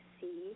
see